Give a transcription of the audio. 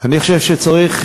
אני חושב שצריך,